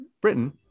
Britain